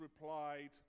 replied